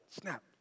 snap